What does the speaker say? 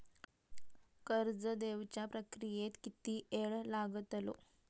कर्ज देवच्या प्रक्रियेत किती येळ लागतलो?